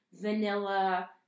vanilla